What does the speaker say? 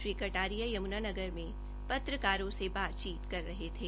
श्री कटारिया यमुनानगर में पत्रकारों से बातचीत कर रहे थे